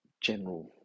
general